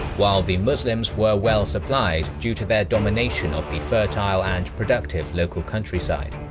while the muslims were well supplied due to their domination of the fertile and productive local countryside.